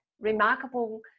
remarkable